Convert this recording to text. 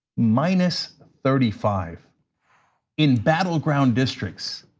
minus thirty five in battleground districts.